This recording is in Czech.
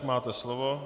Máte slovo.